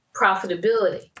profitability